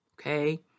okay